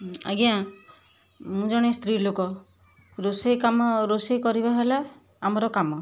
ଆଜ୍ଞା ମୁଁ ଜଣେ ସ୍ତ୍ରୀ ଲୋକ ରୋଷେଇ କାମ ରୋଷେଇ କରିବା ହେଲା ଆମର କାମ